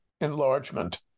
enlargement